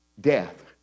death